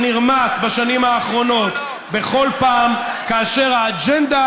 שנרמס בשנים האחרונות בכל פעם כאשר האג'נדה